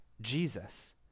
Jesus